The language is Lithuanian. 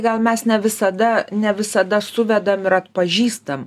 gal mes ne visada ne visada suvedam ir atpažįstam